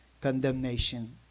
condemnation